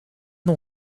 nog